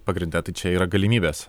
pagrinde tai čia yra galimybės